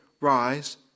rise